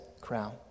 crown